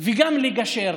וגם לגשר.